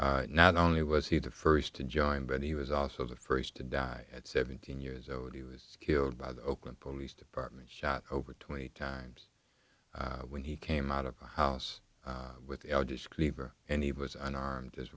party not only was he the first to join but he was also the first to die at seventeen years old he was killed by the oakland police department shot over twenty times when he came out of the house with algiers cleaver and he was unarmed as